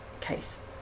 case